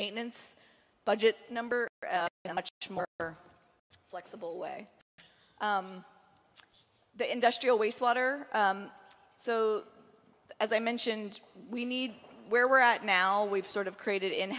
maintenance budget number but much more flexible way the industrial waste water so as i mentioned we need where we're at now we've sort of created in